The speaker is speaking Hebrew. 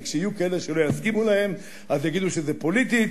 וכשיהיו כאלה שלא יסכימו להם אז יגידו שזה פוליטי.